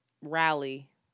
rally